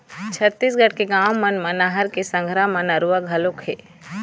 छत्तीसगढ़ के गाँव मन म नहर के संघरा म नरूवा घलोक हे